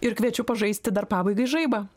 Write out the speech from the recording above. ir kviečiu pažaisti dar pabaigai žaibą